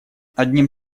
одним